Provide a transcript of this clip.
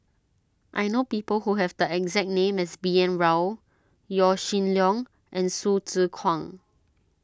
I know people who have the exact name as B N Rao Yaw Shin Leong and Hsu Tse Kwang